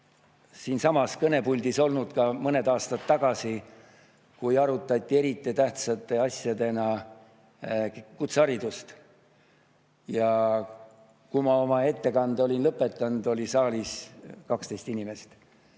siinsamas kõnepuldis olnud ka mõned aastad tagasi, kui arutati eriti tähtsa [riikliku küsimusena] kutseharidust. Kui ma oma ettekande olin lõpetanud, oli saalis 12 inimest.